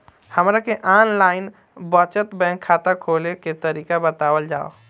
हमरा के online बचत बैंक खाता खोले के तरीका बतावल जाव?